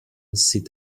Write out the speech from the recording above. sit